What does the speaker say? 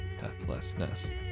deathlessness